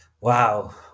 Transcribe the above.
wow